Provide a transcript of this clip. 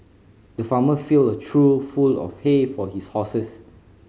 the farmer filled a trough full of hay for his horses